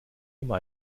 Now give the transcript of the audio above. immer